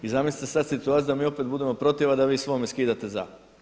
I zamislite sada situaciju da mi opet budemo protiv a da vi svome skidate za.